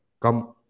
come